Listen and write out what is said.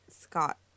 Scott